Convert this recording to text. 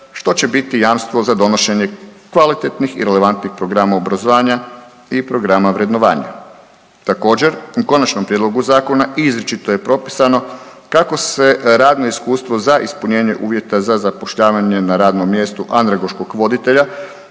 što će biti jamstvo za donošenje kvalitetnih i relevantnih programa obrazovanja i programa vrednovanja. Također, u Konačnom prijedlogu zakona izričito je propisano kako se radno iskustvo za ispunjenje uvjeta za zapošljavanje na radnom mjestu andragoškog voditelja